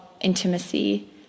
intimacy